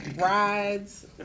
rides